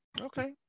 Okay